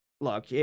Look